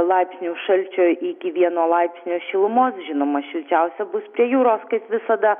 laipsnių šalčio iki vieno laipsnio šilumos žinoma šilčiausia bus prie jūros kaip visada